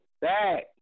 Back